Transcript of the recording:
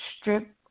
strip